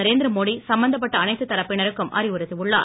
நரேந்திர மோடி சம்பந்தப்பட்ட அனைத்து தரப்பினருக்கும் அறிவுறுத்தியுள்ளார்